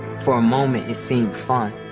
for a moment it seemed fun.